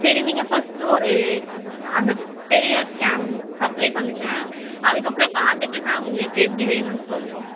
சரி நீங்கள் ஃபஸ்ட்டு ஒரு அந்த பெரிய கேன் சப்ளே பண்ணுங்க அதுக்கப்புறம் பார்த்துட்டு நாங்கள் உங்களுக்கு எப்படி வேணும்னு சொல்கிறோம்